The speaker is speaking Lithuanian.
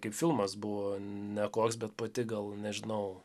kaip filmas buvo nekoks bet pati gal nežinau